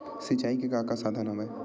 सिंचाई के का का साधन हवय?